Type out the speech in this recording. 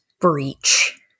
breach